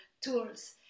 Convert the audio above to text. tools